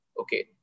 Okay